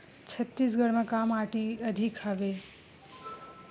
छत्तीसगढ़ म का माटी अधिक हवे?